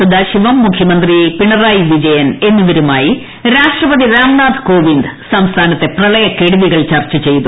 സദാശിവം മുഖ്യമന്ത്രി പിണറായി വിജയൻ എന്നിവരുമായി രാഷ്ട്രപതി രാംനാഥ് കോവിന്ദ് സംസ്ഥാനത്തെ പ്രളയ കെടുതികൾ ചർച്ച ചെയ്തു